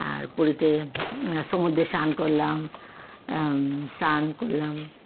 আর পুরীতে সমুদ্রে স্নান করলাম স্নান করলাম